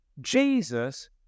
Jesus